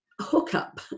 hookup